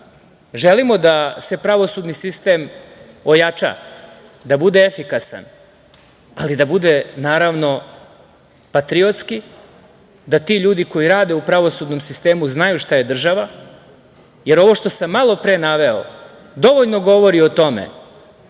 želimo da se pravosudni sistem ojača, da bude efikasan ali da bude, naravno, patriotski, da ti ljudi koji rade u pravosudnom sistemu znaju šta je država, jer ovo što sam malo pre naveo dovoljno govori o tome